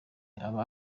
aba